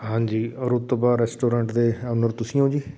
ਹਾਂਜੀ ਰੁਤਬਾ ਰੈਸਟੋਰੈਂਟ ਦੇ ਓਨਰ ਤੁਸੀਂ ਹੋ ਜੀ